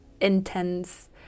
intense